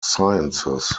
sciences